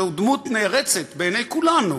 שהוא דמות נערצת בעיני כולנו,